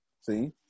see